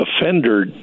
offender